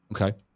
Okay